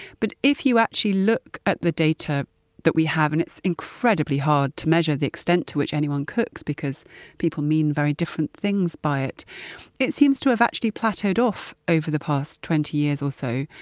but, if you actually look at the data that we have and it's incredibly hard to measure the extent to which anyone cooks because people mean very different things by it it seems to have actually plateaued off over the past twenty years or so.